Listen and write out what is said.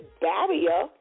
barrier